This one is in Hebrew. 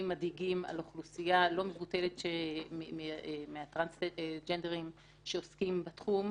מדאיגים על אוכלוסייה לא מבוטלת מהטרנסג'נדרים שעוסקים בתחום,